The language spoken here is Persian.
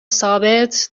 ثابت